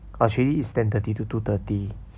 actually is ten thirty to two thirty